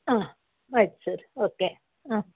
ಹಾಂ ಆಯ್ತು sir okay ಹಾಂ